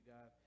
God